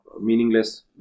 meaningless